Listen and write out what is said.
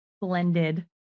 blended